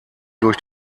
durch